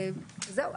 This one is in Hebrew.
זהו.